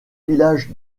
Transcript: village